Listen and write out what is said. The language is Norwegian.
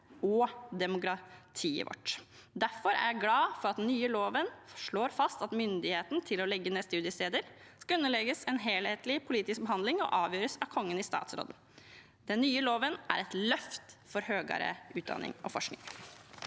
og demokratiet vårt. Derfor er jeg glad for at den nye loven slår fast at myndigheten til å legge ned studiesteder skal underlegges en helhetlig politisk behandling og avgjøres av Kongen i statsråd. Den nye loven er et løft for høyere utdanning og forskning.